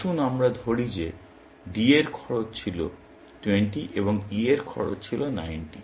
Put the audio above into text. আসুন আমরা ধরি যে D এর খরচ ছিল 20 এবং E এর খরচ ছিল 90